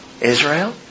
Israel